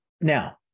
Now